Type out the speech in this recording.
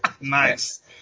Nice